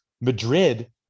Madrid